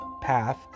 path